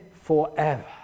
forever